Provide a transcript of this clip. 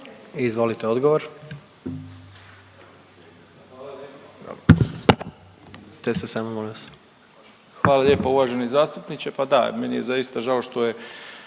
Ivan (HDZ)** Hvala lijepo uvaženi zastupniče, pa da meni je zaista žao što je